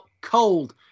cold